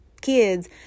kids